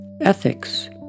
Ethics